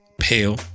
pale